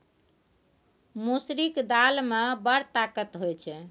मसुरीक दालि मे बड़ ताकत होए छै